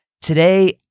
Today